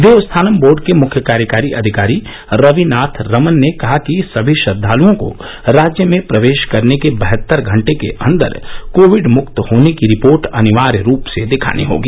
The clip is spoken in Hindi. देवस्थानम बोर्ड के मुख्य कार्यकारी अधिकारी रविनाथ रमन ने कहा कि सभी श्रद्वाल्ओं को राज्य में प्रवेश करने के बहत्तर घंटे के अंदर कोविड मुक्त होने की रिपोर्ट अनिवार्य रूप से दिखानी होगी